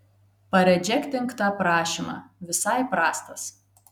paredžektink tą prašymą visai prastas